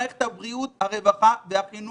במערכות הבריאות, הרווחה והחינוך,